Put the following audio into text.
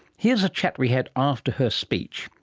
here's a chat we had after her speech,